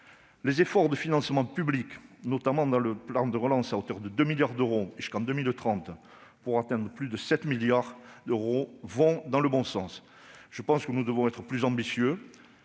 en matière de financements publics, notamment dans le plan de relance, à hauteur de 2 milliards d'euros, et jusqu'en 2030, pour atteindre plus de 7 milliards d'euros, vont dans le bon sens. Toutefois, je pense que nous devons être plus ambitieux